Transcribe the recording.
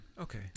Okay